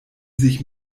sich